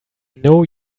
know